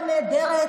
הדיבור שלך?